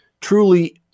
Truly